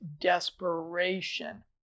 desperation